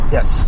Yes